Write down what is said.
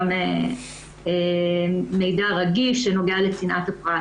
גם מידע רגיש שנוגע לצנעת הפרט.